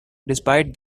despite